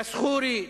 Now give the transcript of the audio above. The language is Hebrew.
אליאס ח'ורי,